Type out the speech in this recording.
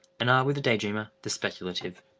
and are, with the day-dreamer, the speculative.